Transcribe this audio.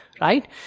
right